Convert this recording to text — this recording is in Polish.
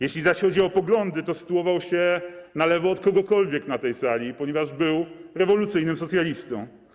Jeśli zaś chodzi o poglądy, to sytuował się na lewo od kogokolwiek na tej sali, ponieważ był rewolucyjnym socjalistą.